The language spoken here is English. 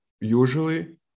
usually